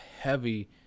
heavy